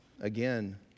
again